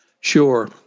Sure